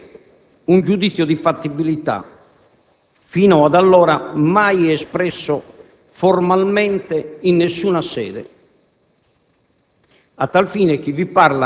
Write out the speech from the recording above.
con l'obiettivo di acquisire un giudizio di fattibilità, fino ad allora mai espresso formalmente in nessuna sede.